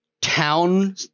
town